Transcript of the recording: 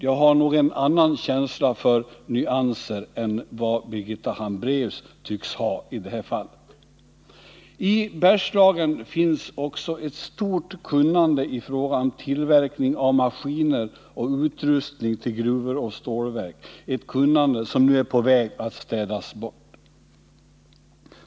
Jag har nog en annan känsla för nyanser än vad Birgitta Hambraeus tycks ha i det här fallet. I Bergslagen finns också ett stort kunnande i fråga om tillverkning av maskiner och utrustning till gruvor och stålverk, ett kunnande som nu är på väg att ”städas bort”.